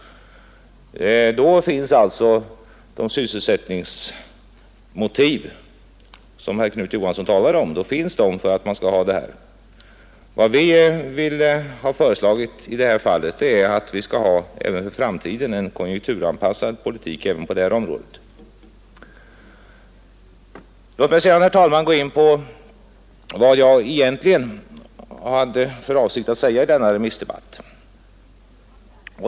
Då finns alltså de sysselsättningsmotiv för byggandet som herr Knut Johansson talade om. Vad vi har föreslagit är att vi även för framtiden skall ha en konjunkturanpassad politik också på det här området. Låt mig sedan, herr talman, gå in på vad jag egentligen hade för avsikt att säga i denna remissdebatt.